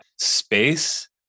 space